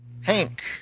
Hank